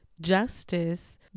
justice